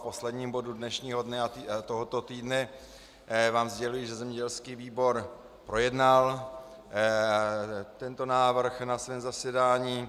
V posledním bodu dnešního dne a tohoto týdne vám sděluji, že zemědělský výbor projednal tento návrh na svém zasedání.